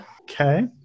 Okay